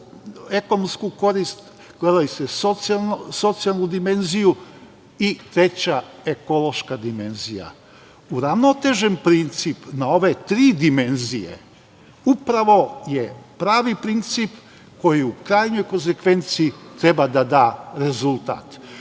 ekonomsku korist, gledali ste socijalnu dimenziju i treća ekološka dimenzija. Uravnotežen princip na ove tri dimenzije upravo je pravi princip koji u krajnjoj konsekvenci treba da da rezultat. Dakle,